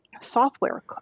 software